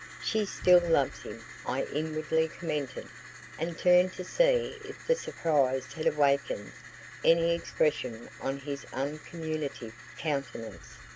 she still loves him, i inwardly commented and turned to see if the surprise had awakened any expression on his uncommunicative countenance.